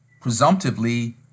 presumptively